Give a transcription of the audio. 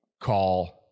call